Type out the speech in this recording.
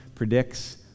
predicts